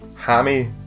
Hammy